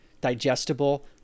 digestible